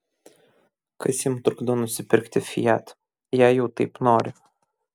kas jam trukdo nusipirkti fiat jei jau taip nori